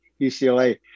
UCLA